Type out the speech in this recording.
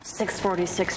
6.46